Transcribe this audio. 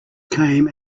came